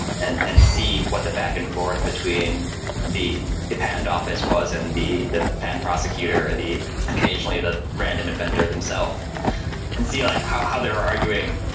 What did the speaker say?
and and see what the back and forth between the the patent office was and the the patent prosecutor, or occasionally the random inventor them self and see like how how there are arguing,